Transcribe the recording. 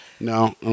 No